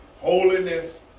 holiness